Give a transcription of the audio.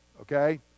Okay